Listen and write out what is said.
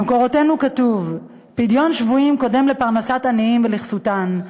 במקורותינו כתוב: פדיון שבויים קודם לפרנסת עניים ולכסותן,